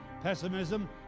pessimism